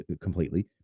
completely